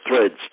threads